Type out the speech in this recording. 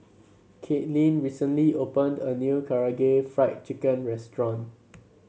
Katelynn recently opened a new Karaage Fried Chicken Restaurant